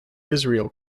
israel